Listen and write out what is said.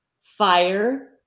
fire